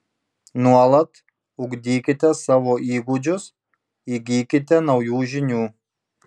nuolat ugdykite savo įgūdžius įgykite naujų žinių